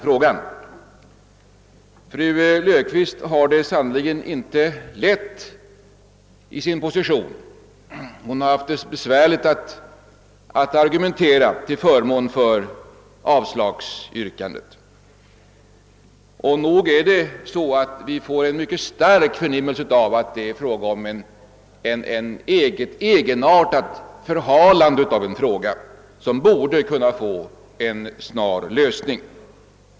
Fru Löfqvist har det sannerligen inte lätt i sin position; hon har haft svårt att argumentera till förmån för avstyrkande. Och nog får vi en stark förnimmelse av att det rör sig om ett egenartat förhalande av en fråga som borde kunna få en snar lösning.